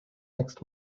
next